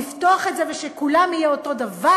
לפתוח את זה ושלכולם יהיה אותו דבר.